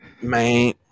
Man